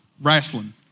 Wrestling